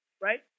right